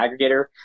aggregator